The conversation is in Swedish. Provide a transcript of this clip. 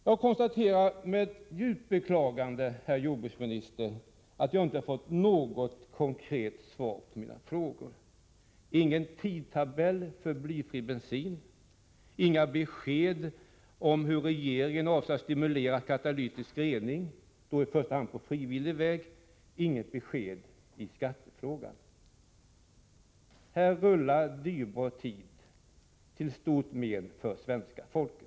Jag konstaterar med djupt beklagande, herr jordbruksminister, att jag inte fått något konkret svar på mina frågor: ingen tidtabell för blyfri bensin, inga besked om hur regeringen avser att stimulera katalytisk rening, i första hand på frivillig väg, och inget besked i skattefrågan. Här går dyrbar tid förlorad till stort men för svenska folket.